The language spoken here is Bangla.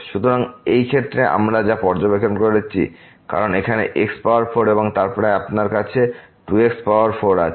সুতরাং এই ক্ষেত্রে আমরা যা পর্যবেক্ষণ করেছি কারণ এখানে x পাওয়ার 4 এবং তারপর আপনার এখানে 2 x পাওয়ার 4 আছে